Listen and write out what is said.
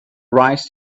rise